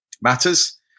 matters